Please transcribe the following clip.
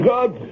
God